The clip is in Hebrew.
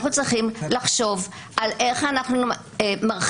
אנחנו צריכים לחשוב על איך אנחנו מרחיבים